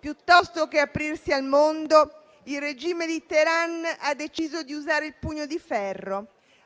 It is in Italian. Piuttosto che aprirsi al mondo, il regime di Teheran ha deciso di usare il pugno di ferro.